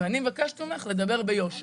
ואני מבקשת ממך לדבר ביושר.